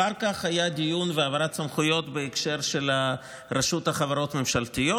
אחר כך היה דיון והעברת סמכויות בהקשר של רשות החברות הממשלתיות.